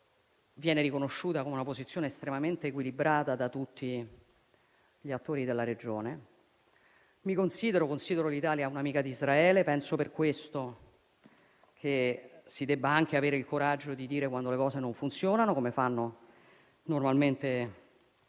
viene riconosciuta come estremamente equilibrata da tutti gli attori della Regione. Mi considero e considero l'Italia un'amica di Israele. Penso per questo che si debba anche avere il coraggio di dire quando le cose non funzionano, come fanno normalmente